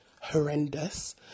horrendous